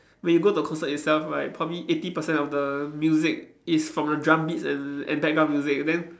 when you go to concert itself right probably eighty percent of the music is from the drum beats and and background music then